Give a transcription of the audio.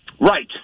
Right